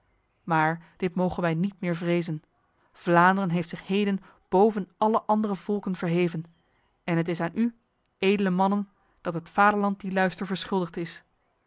maar dit mogen wij niet meer vrezen vlaanderen heeft zich heden boven alle andere volken verheven en het is aan u edele mannen dat het vaderland die luister verschuldigd is